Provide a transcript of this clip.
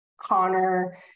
Connor